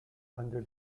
under